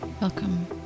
Welcome